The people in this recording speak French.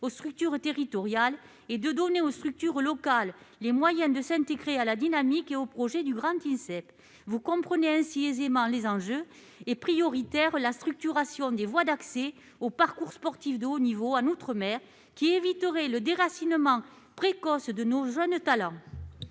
aux structures territoriales, et de donner aux structures locales les moyens de s'intégrer à la dynamique et au projet du grand Insep. Vous comprenez ainsi aisément les enjeux : priorité est donnée à la structuration des voies d'accès au parcours sportif de haut niveau en outre-mer, laquelle éviterait le déracinement précoce de nos jeunes talents.